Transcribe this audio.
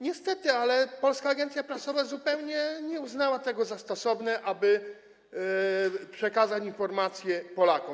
Niestety, ale Polska Agencja Prasowa zupełnie nie uznała tego za stosowne, aby przekazać informacje Polakom.